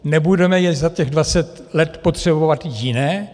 Nebudeme je za těch dvacet let potřebovat jiné?